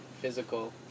physical